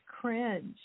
cringe